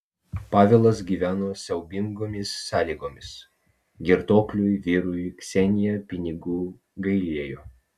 pavelas gyveno siaubingomis sąlygomis girtuokliui vyrui ksenija pinigų gailėjo